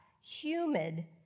humid